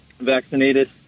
vaccinated